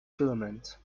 filament